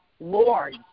Lord